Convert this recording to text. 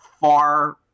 far